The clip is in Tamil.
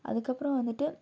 அதுக்கப்புறம் வந்துட்டு